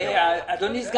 התה